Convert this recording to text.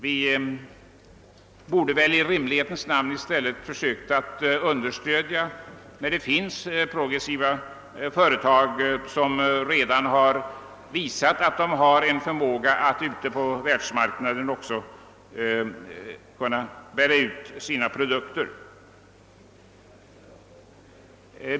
Vi borde väl i rimlighetens namn försöka stödja de produktiva företag som redan visat förmåga att sälja sina produkter på världsmarknaden.